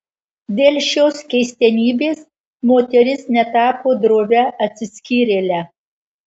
dėl šios keistenybės moteris netapo drovia atsiskyrėle